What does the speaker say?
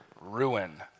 ruin